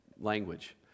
language